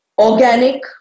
Organic